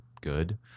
good